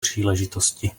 příležitosti